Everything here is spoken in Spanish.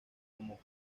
como